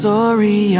Sorry